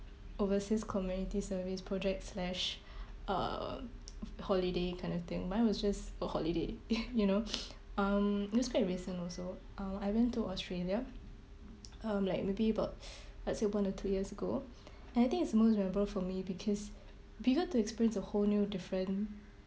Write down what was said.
overseas community service project slash uh holiday kind of thing mine was just a holiday you know um it was quite recent also uh I went to Australia um like maybe about let's say one or two years ago and I think it's most memorable for me because we got to experience a whole new different